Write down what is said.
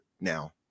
now